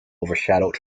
overshadowed